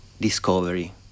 discovery